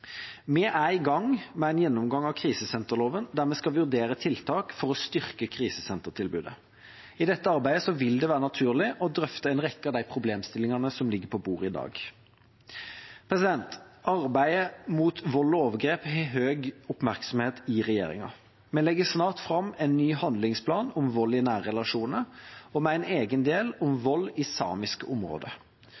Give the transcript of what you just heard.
Vi er i gang med en gjennomgang av krisesenterloven, der vi skal vurdere tiltak for å styrke krisesentertilbudet. I dette arbeidet vil det være naturlig å drøfte en rekke av de problemstillingene som ligger på bordet i dag. Arbeidet mot vold og overgrep har høy oppmerksomhet i regjeringa. Vi legger snart fram en ny handlingsplan om vold i nære relasjoner med en egen del om